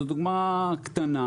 זאת דוגמה קטנה,